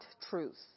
truth